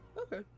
okay